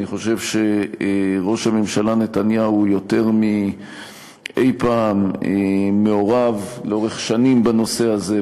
אני חושב שראש הממשלה נתניהו יותר מאי-פעם מעורב לאורך שנים בנושא הזה,